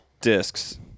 discs